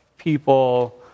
people